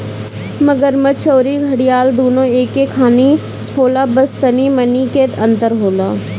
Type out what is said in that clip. मगरमच्छ अउरी घड़ियाल दूनो एके खानी होला बस तनी मनी के अंतर होला